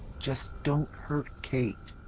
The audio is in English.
just don't hurt kate.